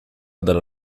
della